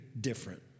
different